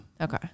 Okay